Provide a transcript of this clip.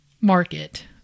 market